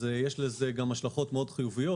יש לזה גם השלכות מאוד חיוביות,